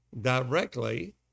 Directly